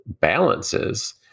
balances